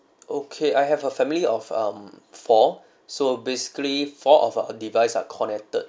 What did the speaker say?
okay I have a family of um four so basically four of our device are connected